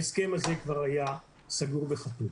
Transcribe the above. ההסכם הזה כבר היה סגור וחתום.